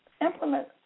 implement